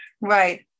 Right